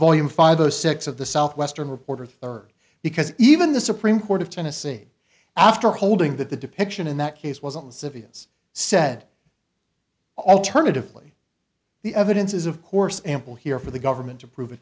volume five zero six of the southwestern reporter third because even the supreme court of tennessee after holding that the depiction in that case was on the civilians said alternatively the evidence is of course ample here for the government to prov